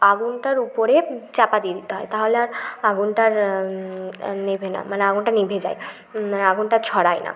আগুনটার উপরে চাপা দিয়ে দিতে হয় তাহলে আর আগুনটার নেভে না মানে আগুনটা নিভে যায় মানে আগুনটা ছড়ায় না